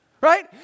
right